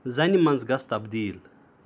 زنہِ منز گژھ تبدیل